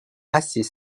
assez